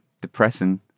depressing